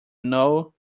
know